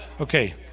Okay